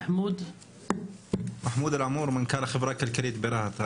מחמוד אלעמור, מנכ"ל החברה הכלכלית ברהט.